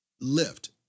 lift